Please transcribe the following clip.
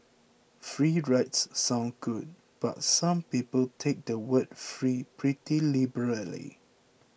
free rides sound good but some people take the word free pretty liberally